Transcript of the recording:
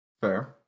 Fair